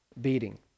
beating